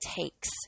takes